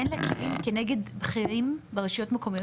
אין לה כלים כנגד בכירים ברשויות מקומיות.